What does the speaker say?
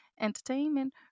entertainment